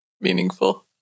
meaningful